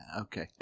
Okay